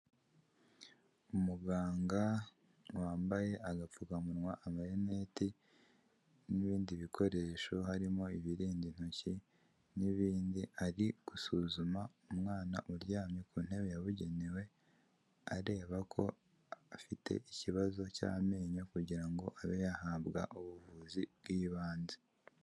Umuganga wambaye agapfukamunwa, amarinete n'ibindi bikoresho harimo ibirinda intoki n'ibindi, ari gusuzuma umwana uryamye ku ntebe yabugenewe, areba ko afite ikibazo cy'amenyo kugira ngo abe yahabwa ubuvuzi bw'ibanze.